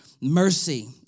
mercy